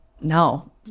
No